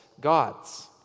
gods